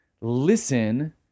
Listen